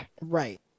Right